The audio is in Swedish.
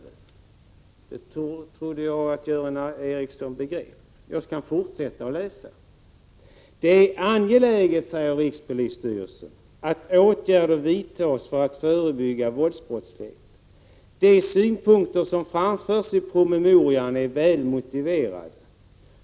Det trodde jag att Göran Ericsson begrep. Jag skall fortsätta att läsa: Det är angeläget, säger rikspolisstyrelsen, att åtgärder vidtas för att förebygga våldsbrottslighet. De synpunkter som framförs i promemorian är välmotiverade.